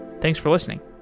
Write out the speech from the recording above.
thanks for listening.